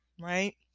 right